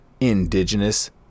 Indigenous